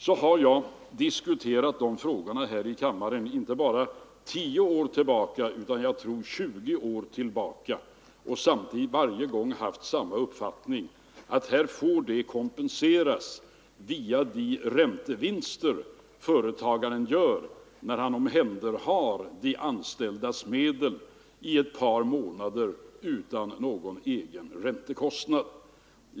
Jag har diskuterat de frågorna här i kammaren inte bara i tio år utan, tror jag, Nr 128 i 20 år och varje gång haft samma uppfattning, nämligen att det arbetet Tisdagen den får kompenseras via de räntevinster företagaren gör när han omhänderhar 26 november 1974 de anställdas medel i ett par månader utan någon egen räntekostnad.